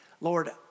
Lord